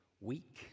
weak